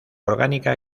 orgánica